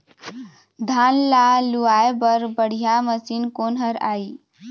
धान ला लुआय बर बढ़िया मशीन कोन हर आइ?